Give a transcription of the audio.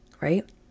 right